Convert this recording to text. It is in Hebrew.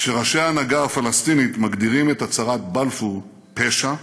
כשראשי ההנהגה הפלסטינית מגדירים את הצהרת בלפור פשע,